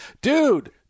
dude